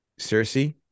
Cersei